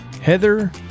Heather